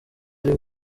ari